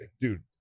dude